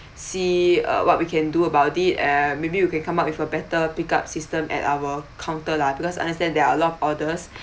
see uh what we can do about it and maybe we can come up with a better pickup system at our counter lah because understand there are a lot of orders